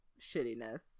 shittiness